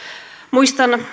muistan